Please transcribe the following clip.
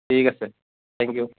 ঠিক আছে thank U